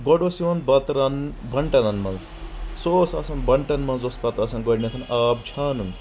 گۄڈٕ اوس یوان بتہٕ رننہٕ بنٹنن منٛز سُہ اوس آسان بنٹن منٛز اوس آسان گۄڈٕنٮ۪تھ آب چھانُن